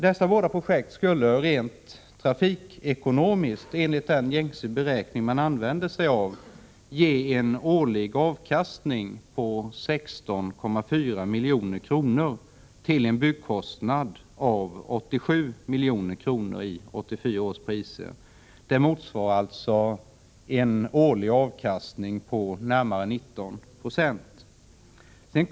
Dessa båda projekt skulle rent trafikekonomiskt enligt den gängse beräkning man använder sig av ge en årlig avkastning på 16,4 milj.kr. till en byggkostnad av 87 milj.kr. i 1984 års priser. Det motsvarar alltså en årlig avkastning på närmare 19 9o.